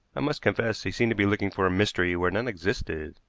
i must confess he seemed to be looking for a mystery where none existed.